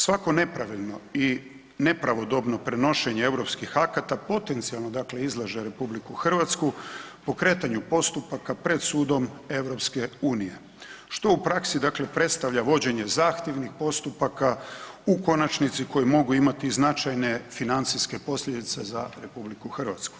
Svako nepravilno i nepravodobno prenošenje europskih akata potencijalno dakle izlaže RH pokretanju postupaka pred sudom EU što u praksi dakle predstavlja vođenje zahtjevnih postupaka u konačnici koji mogu imati i značajne financijske posljedice za RH.